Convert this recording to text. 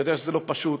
אני יודע שזה לא פשוט,